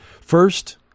first